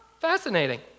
fascinating